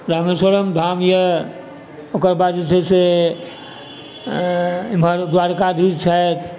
रामेश्वरम धाम यऽ ओकर बाद जे छै से एम्हर द्वारिकाधीश छथि